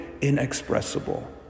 inexpressible